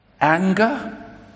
Anger